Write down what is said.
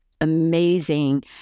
amazing